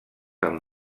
amb